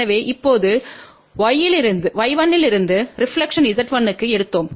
எனவே இப்போது y1 இலிருந்து ரெப்லக்க்ஷன்பை z1 க்கு எடுத்தோம்